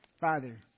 Father